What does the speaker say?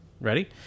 Ready